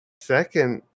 Second